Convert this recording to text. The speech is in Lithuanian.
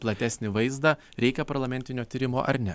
platesnį vaizdą reikia parlamentinio tyrimo ar ne